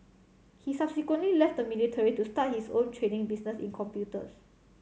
he subsequently left the military to start his own trading business in computers